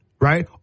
right